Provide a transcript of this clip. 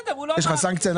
יש לך סנקציה?